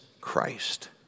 Christ